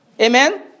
Amen